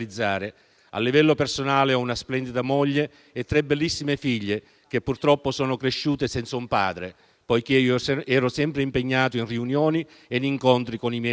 A livello personale ho una splendida moglie e tre bellissime figlie, che purtroppo sono cresciute senza un padre poiché io ero sempre impegnato in riunioni ed incontri con i miei elettori.